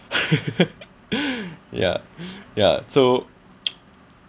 yeah yeah so